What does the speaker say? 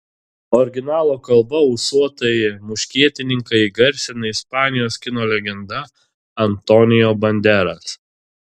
originalo kalba ūsuotąjį muškietininką įgarsina ispanijos kino legenda antonio banderas